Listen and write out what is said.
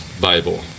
Bible